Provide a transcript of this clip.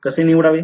कसे निवडावे